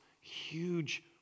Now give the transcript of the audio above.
huge